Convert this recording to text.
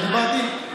לא דיברתי,